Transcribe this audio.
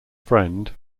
friend